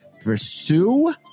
pursue